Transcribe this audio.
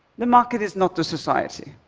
the market is not the society.